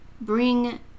bring